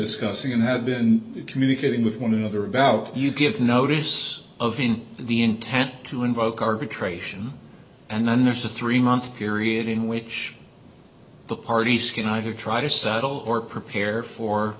discussing and have been communicating with one another about you give notice of the intent to invoke arbitration and then there's a three month period in which the parties can either try to settle or prepare for